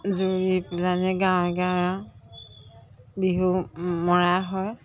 যোৰি পেলাই গাঁৱে গাঁৱে বিহু মৰা হয়